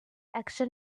action